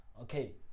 okay